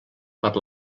per